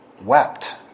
wept